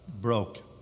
broke